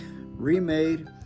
remade